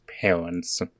parents